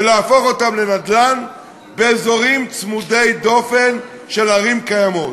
ולהפוך אותם לנדל"ן באזורים צמודי דופן לערים קיימות.